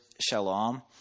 shalom